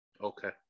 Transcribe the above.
Okay